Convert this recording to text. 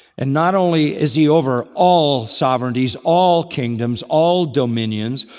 and not only is he over all sovereignties, all kingdoms, all dominions,